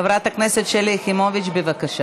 חברת הכנסת שלי יחימוביץ, בבקשה.